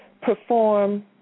perform